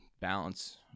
Balance